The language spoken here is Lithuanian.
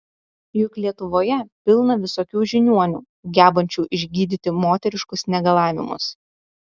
juk lietuvoje pilna visokių žiniuonių gebančių išgydyti moteriškus negalavimus